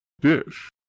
Dish